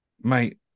Mate